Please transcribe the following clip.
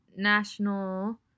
National